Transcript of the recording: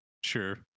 Sure